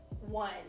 one